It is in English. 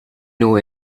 know